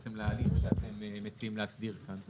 בעצם להליך שאתם מציעים להסדיר כאן.